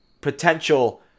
potential